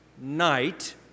night